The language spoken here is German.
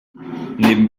neben